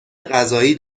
غذایی